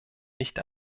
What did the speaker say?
nicht